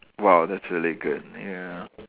!wow! that's really good ya